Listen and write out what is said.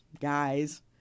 guys